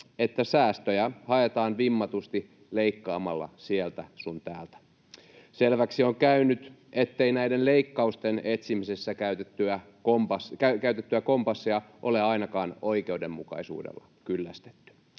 että säästöjä haetaan vimmatusti leikkaamalla sieltä sun täältä. Selväksi on käynyt, ettei näiden leikkausten etsimisessä käytettyä kompassia ole ainakaan oikeudenmukaisuudella kyllästetty.